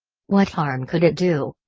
what harm could it do?